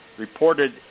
Reported